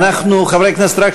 חברי הכנסת,